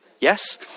Yes